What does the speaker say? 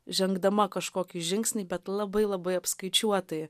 žengdama kažkokį žingsnį bet labai labai apskaičiuotai